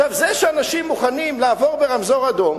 עכשיו, בזה שאנשים מוכנים לעבור ברמזור אדום,